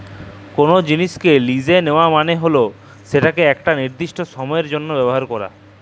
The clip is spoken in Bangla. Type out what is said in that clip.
কল জিলিসকে লিসে দেওয়া মালে হচ্যে সেটকে একট লিরদিস্ট সময়ের জ্যনহ ব্যাভার ক্যরা